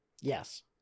Yes